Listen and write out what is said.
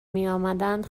میامدند